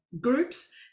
groups